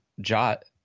Jot